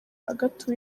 agathe